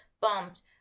bumped